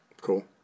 Cool